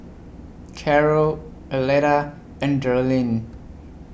Karol Arletta and Darlene